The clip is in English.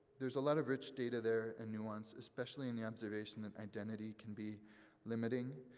there's a lot of rich data there, and nuance, especially in the observation that identity can be limiting,